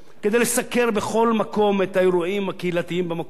כדי לסקר בכל מקום את האירועים הקהילתיים במקום.